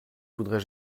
voudrais